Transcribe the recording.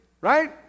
Right